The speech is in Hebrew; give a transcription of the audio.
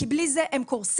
כי בלי זה הם קורסים.